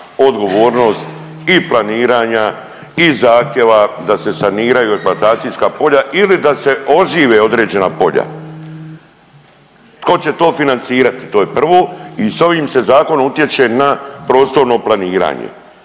odgovornost i planiranja i zahtjeva da se saniraju eksploatacijska polja ili da se ožive određena polja. Tko će to financirati? To je prvo. I sa ovim se zakonom utječe na prostorno planiranje.